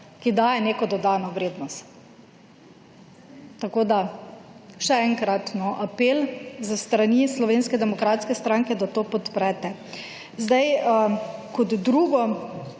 ki daje neko dodano vrednost. Tako še enkrat apel s strani Slovenske demokratske stranke, da to podprete. Kot drugo